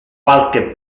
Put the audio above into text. qualche